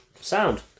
sound